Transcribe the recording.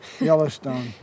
Yellowstone